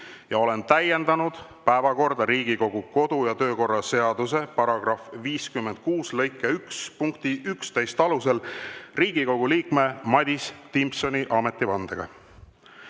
Ma olen täiendanud päevakorda Riigikogu kodu- ja töökorra seaduse § 56 lõike 1 punkti 11 alusel Riigikogu liikme Madis Timpsoni ametivandega.